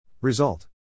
Result